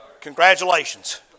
Congratulations